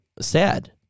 sad